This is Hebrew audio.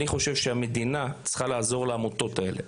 המדינה צריכה לעזור לעמותות האלה.